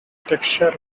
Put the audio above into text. texture